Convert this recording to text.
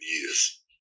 years